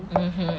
mmhmm